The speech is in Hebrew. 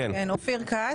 אופיר כץ.